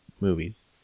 movies